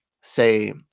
say